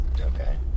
Okay